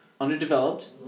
underdeveloped